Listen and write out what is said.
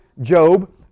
Job